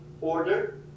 order